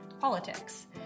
politics